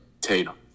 Tatum